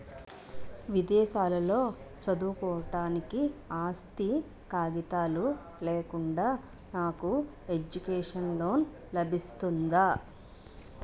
విదేశాలలో చదువుకోవడానికి ఆస్తి కాగితాలు లేకుండా నాకు ఎడ్యుకేషన్ లోన్ లబిస్తుందా?